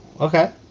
okay